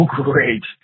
great